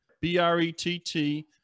B-R-E-T-T